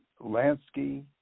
Lansky